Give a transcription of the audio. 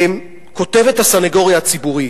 כותבת הסניגוריה הציבורית,